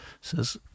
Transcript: says